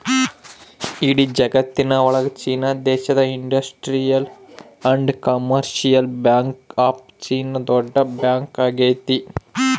ಇಡೀ ಜಗತ್ತಿನ ಒಳಗ ಚೀನಾ ದೇಶದ industrial and commercial bank of China ದೊಡ್ಡ ಬ್ಯಾಂಕ್ ಆಗೈತೆ